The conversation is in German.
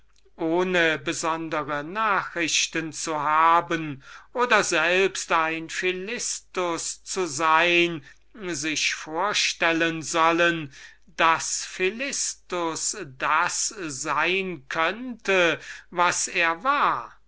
ohne besondere nachrichten zu haben oder selbst ein philistus zu sein sich vorstellen sollen daß philistus das sein könnte was er war